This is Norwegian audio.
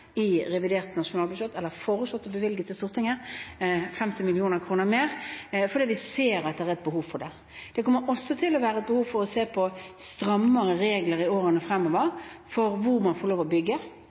i revidert nasjonalbudsjett, fordi vi ser at det er et behov for det. Det kommer også til å være et behov for å se på strammere regler i årene fremover